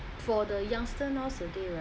for the youngsters nowadays right